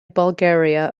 bulgaria